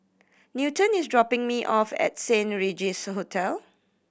Newton is dropping me off at Saint Regis Hotel